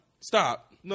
Stop